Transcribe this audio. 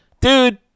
dude